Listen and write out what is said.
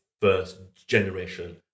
first-generation